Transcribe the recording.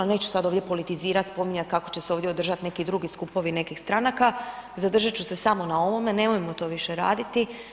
Neću sada ovdje politizirati, spominjati kako će se ovdje održati neki drugi skupovi nekih stranaka, zadržati ću se samo na ovome, nemojmo to više raditi.